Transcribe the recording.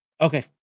Okay